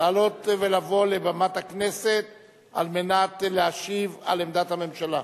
לעלות ולבוא לבמת הכנסת על מנת להשיב על עמדת הממשלה.